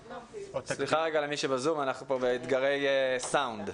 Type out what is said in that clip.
סליחה ממי שבזום, אנחנו פה באתגרי סאונד.